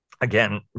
Again